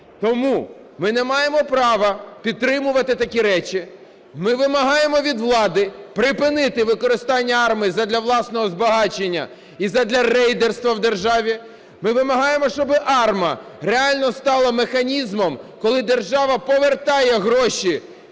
Тому ми не маємо права підтримувати такі речі. Ми вимагаємо від влади припинити використання АРМА задля власного збагачення і задля рейдерства в державі. Ми вимагаємо, щоб АРМА реально стала механізмом, коли держава повертає гроші,